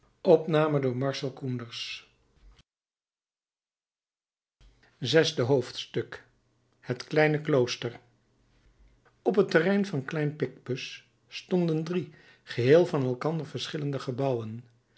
zesde hoofdstuk het kleine klooster op het terrein van klein picpus stonden drie geheel van elkander verschillende gebouwen